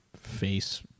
face